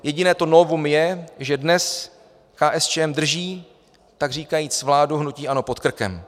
Jediné to novum je, že dnes KSČM drží takříkajíc vládu hnutí ANO pod krkem.